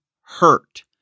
hurt